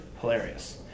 hilarious